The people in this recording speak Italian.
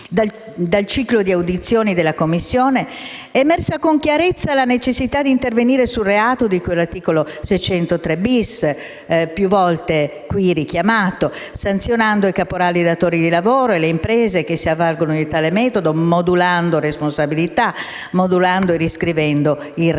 Dal ciclo di audizioni della Commissione è emersa con chiarezza la necessità di intervenire sul reato di cui all'articolo 603-*bis*, più volte richiamato in questa sede, sanzionando i caporali, i datori di lavoro e le imprese che si avvalgono di tale metodo, modulando le responsabilità e riscrivendo il reato.